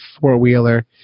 four-wheeler